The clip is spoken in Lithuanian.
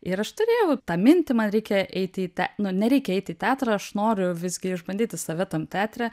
ir aš turėjau tą mintį man reikia eiti į tą nu nereikia eit į teatrą aš noriu visgi išbandyti save tam teatre